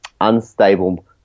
unstable